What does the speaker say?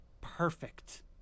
perfect